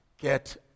get